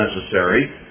necessary